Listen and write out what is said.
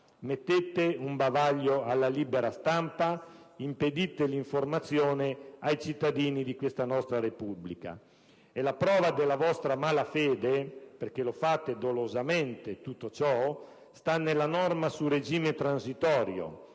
mettete un bavaglio alla libera stampa, impedite l'informazione ai cittadini di questa nostra Repubblica. La prova della vostra malafede - perché lo fate dolosamente, tutto ciò - sta nella norma sul regime transitorio